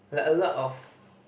like a lot of